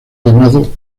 llamado